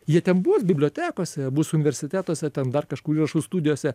jie ten bus bibliotekose bus universitetuose ten dar kažkur įrašų studijose